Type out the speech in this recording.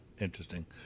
interesting